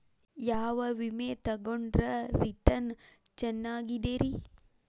ಯಾವ ವಿಮೆ ತೊಗೊಂಡ್ರ ರಿಟರ್ನ್ ಚೆನ್ನಾಗಿದೆರಿ?